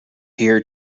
here